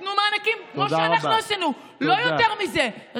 תיתנו מענקים כמו שאנחנו עשינו, לא יותר מזה.